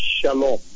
Shalom